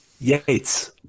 Yates